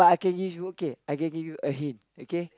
K is okay I can give you a hint okay